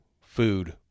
Food